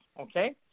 Okay